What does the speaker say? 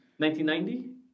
1990